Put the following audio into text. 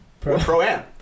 Pro-Am